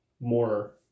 more